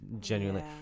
genuinely